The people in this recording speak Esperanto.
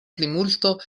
plimulto